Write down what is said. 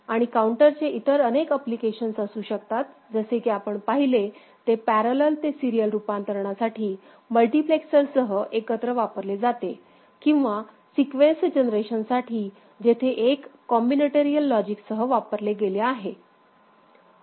आणि काउंटरचे इतर अनेक ऍप्लिकेशन्स असू शकतात जसे की आपण पाहिले ते पॅरलल ते सिरीयल रूपांतरणासाठी मल्टिप्लेक्सरसह एकत्र वापरले जाते किंवा सिक्वेन्स जनरेशन साठी येथे एक कॉम्बिनेटरियल लॉजिकसह वापरले गेले आहे ओके